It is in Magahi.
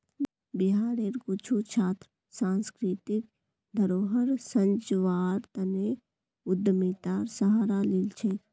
बिहारेर कुछु छात्र सांस्कृतिक धरोहर संजव्वार तने उद्यमितार सहारा लिल छेक